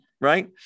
Right